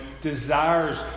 desires